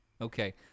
Okay